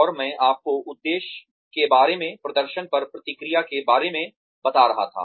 और मैं आपको उद्देश्य के बारे में प्रदर्शन पर प्रतिक्रिया के बारे में बता रहा था